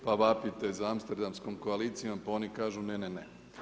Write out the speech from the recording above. Pa vapite za Amsterdamskom koalicijom pa oni kažu ne, ne, ne.